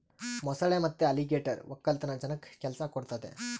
ಮೊಸಳೆ ಮತ್ತೆ ಅಲಿಗೇಟರ್ ವಕ್ಕಲತನ ಜನಕ್ಕ ಕೆಲ್ಸ ಕೊಡ್ತದೆ